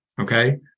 Okay